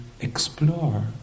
explore